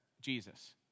Jesus